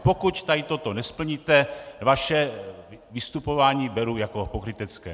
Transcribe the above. Pokud tady to nesplníte, vaše vystupování beru jako pokrytecké.